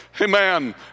Amen